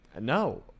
no